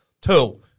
two